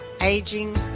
Aging